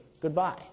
goodbye